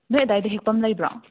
ꯅꯣꯏ ꯑꯗꯥꯏꯗ ꯍꯦꯛꯄꯝ ꯂꯩꯕ꯭ꯔꯣ